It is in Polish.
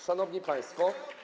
Szanowni Państwo!